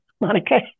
monica